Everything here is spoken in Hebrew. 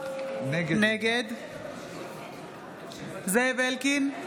נגד זאב אלקין,